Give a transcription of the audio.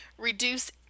Reduce